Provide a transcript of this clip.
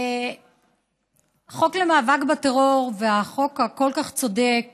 החוק למאבק בטרור והחוק הצודק